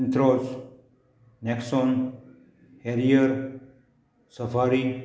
इंथ्रोज Nexon Harrier safari